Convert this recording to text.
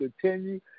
Continue